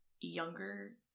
younger